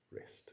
rest